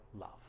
love